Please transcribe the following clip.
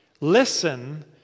Listen